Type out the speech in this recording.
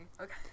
Okay